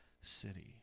city